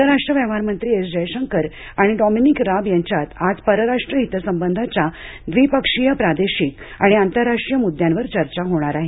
परराष्ट्र व्यवहारमंत्री एस जयशंकर आणि डॉमिनिक राब यांच्यात आज परस्पर हितसंबंधांच्या द्विपक्षीय प्रादेशिक आणि आंतरराष्ट्रीय मुद्द्यांवर चर्चा होणार आहे